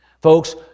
Folks